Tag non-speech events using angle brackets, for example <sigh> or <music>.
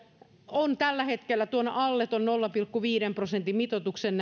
on tällä hetkellä alle tuon nolla pilkku viiden mitoituksen <unintelligible>